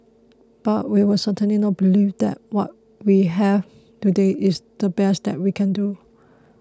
but we will certainly not believe that what we have today is the best that we can do